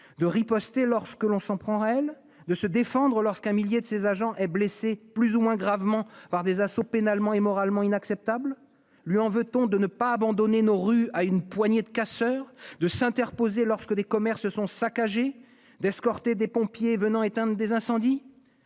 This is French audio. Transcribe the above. De riposter lorsque l'on s'en prend à elle ? De se défendre lorsqu'un millier de ses agents sont blessés, plus ou moins gravement, par des assauts pénalement et moralement inacceptables ? Lui en veut-on de ne pas abandonner nos rues à une poignée de casseurs ? De s'interposer lorsque des commerces sont saccagés ? D'escorter des pompiers venant éteindre des incendies ?